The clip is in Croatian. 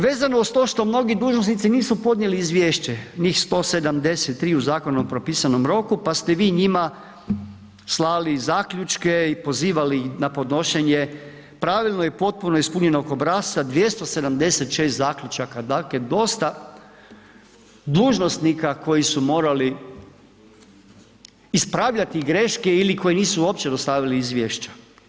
Vezano uz to što mnogi dužnosnici nisu podnijeli izvješće, njih 173 u zakonu propisanom roku, pa ste vi njima slali zaključke i pozivali ih na podnošenje pravilno i potpuno ispunjenog obrasca, 276 zaključaka dakle dosta dužnosnika koji su morali ispravljati greške ili koji nisu uopće dostavili izvješća.